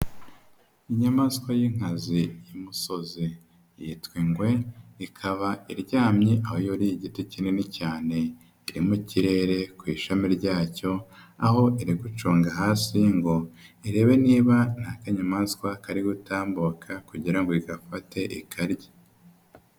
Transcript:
Inyamaswa y'inkazi y'imusozi, yitwa ingwe, ikaba iryamye, aho yo igiti kinini cyane, iri mu kirere ku ishami ryacyo, aho iri gucunga hasi ngo irebe niba nta kanyamaswa kari gutambuka kugira ngo igafate ikarye.